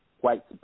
White